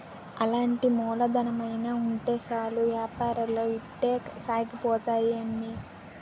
ఎలాంటి మూలధనమైన ఉంటే సాలు ఏపారాలు ఇట్టే సాగిపోతాయి అమ్మి